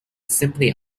simply